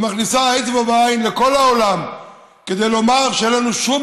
ומכניסה אצבע בעין לכל העולם כדי לומר שאין לנו שום